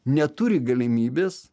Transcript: neturi galimybės